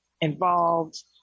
involved